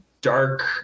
dark